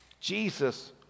Jesus